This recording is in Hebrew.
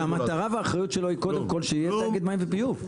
-- שהמטרה והאחריות שלו היא קודם כול שיהיה תאגיד מים וביוב.